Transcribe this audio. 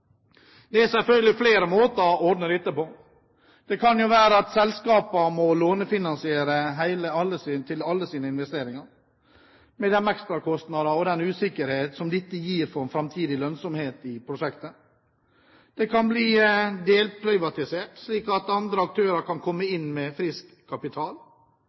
Det er selvfølgelig flere måter å ordne dette på. Det kan jo være at selskapene må lånefinansiere alle sine investeringer, med de ekstrakostnader og den usikkerhet som dette gir for framtidig lønnsomhet i prosjekter. De kan bli delprivatisert, slik at andre aktører kan komme inn med frisk kapital.